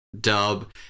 dub